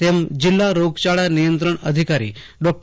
તેમ જિલ્લા રોગયાળા નીયંત્રણ અધિકારી ર્ડા